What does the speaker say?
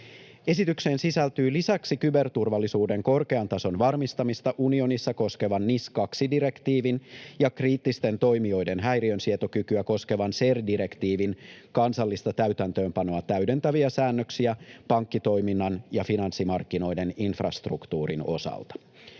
Esitykseen sisältyy lisäksi kyberturvallisuuden korkean tason varmistamista unionissa koskevan NIS 2 ‑direktiivin ja kriittisten toimijoiden häiriönsietokykyä koskevan CER-direktiivin kansallista täytäntöönpanoa täydentäviä säännöksiä pankkitoiminnan ja finanssimarkkinoiden infrastruktuurin osalta.